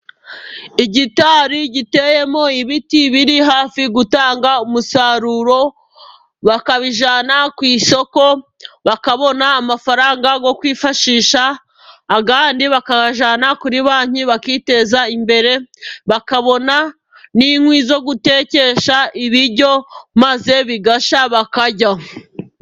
Igitari giteyemo ibiti biri hafi gutanga umusaruro, bakabijyana ku isoko bakabona amafaranga yo kwifashisha ,ayandi bakabajyanana kuri banki bakiteza imbere, bakabona n'inkwi zo gutekesha ibiryo, maze bigashya bakarya.